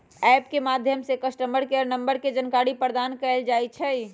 app के माध्यम से कस्टमर केयर नंबर के जानकारी प्रदान कएल जाइ छइ